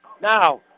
Now